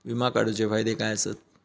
विमा काढूचे फायदे काय आसत?